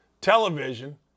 television